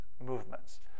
Movements